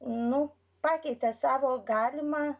nu pakeitė savo galimą